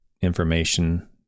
information